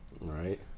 Right